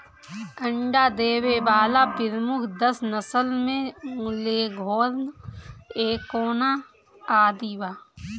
अंडा देवे वाला प्रमुख दस नस्ल में लेघोर्न, एंकोना आदि बा